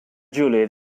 juliet